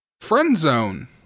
Friendzone